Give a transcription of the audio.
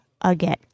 again